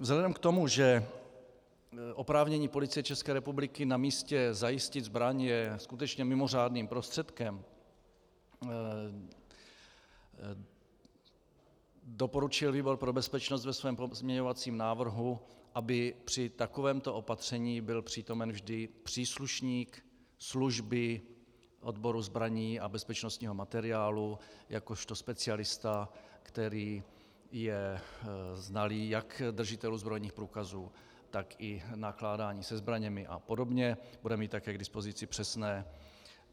Vzhledem k tomu, že oprávnění Policie České republiky na místě zajistit zbraň je skutečně mimořádným prostředkem, doporučil výbor pro bezpečnost ve svém pozměňovacím návrhu, aby při takovémto opatření byl přítomen vždy příslušník služby odboru zbraní a bezpečnostního materiálu jakožto specialista, který je znalý jak držitelů zbrojních průkazů, tak i nakládání se zbraněmi apod., bude mít také k dispozici